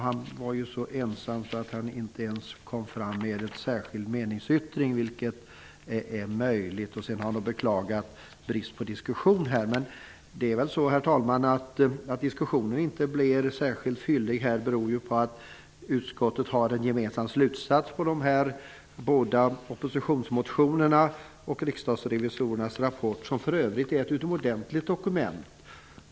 Han var ju så ensam att han inte ens kom fram med en särskild meningsyttring, vilket hade varit möjligt. Han har också beklagat bristen på diskussion här. Men, herr talman, att diskussionen inte blir särskilt fyllig beror ju på att utskottet har en gemensam slutsats när det gäller de båda oppositionsmotionerna och riksdagsrevisorernas rapport, vilken för övrigt är ett utomordentligt dokument.